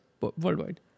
Worldwide